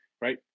right